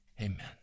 Amen